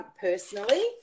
personally